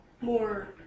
More